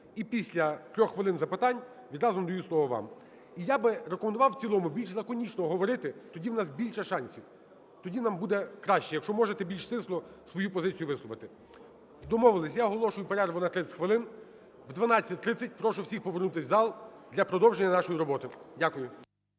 І після трьох хвилин запитань відразу надаю слово вам. Я би рекомендував в цілому більш лаконічно говорити, тоді у нас більше шансів, тоді нам буде краще, якщо можете більш стисло свою позицію висловити. Домовились. Я оголошую перерву на 30 хвилин. В 12:30 прошу всіх повернутись в зал для продовження нашої роботи. Дякую.